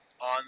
on